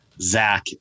Zach